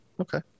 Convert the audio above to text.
Okay